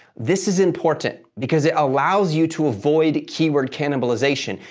this is important because it allows you to avoid keyword cannibalization.